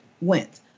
went